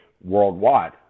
worldwide